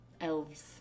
elves